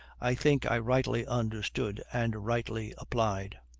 i think i rightly understood, and rightly applied.